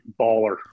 baller